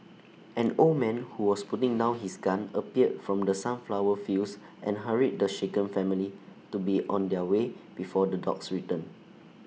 an old man who was putting down his gun appeared from the sunflower fields and hurried the shaken family to be on their way before the dogs return